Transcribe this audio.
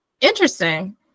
Interesting